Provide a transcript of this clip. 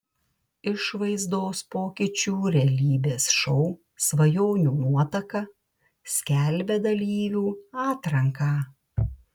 išvaizdos pokyčių realybės šou svajonių nuotaka skelbia dalyvių atranką